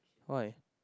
why